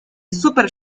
super